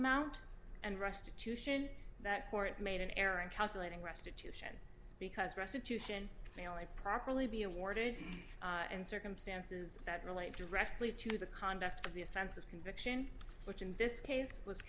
amount and restitution that court made an error in calculating restitution because restitution may i properly be awarded in circumstances that relate directly to the conduct of the offense of conviction which in this case was